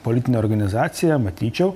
politinę organizaciją matyčiau